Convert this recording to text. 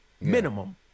Minimum